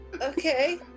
okay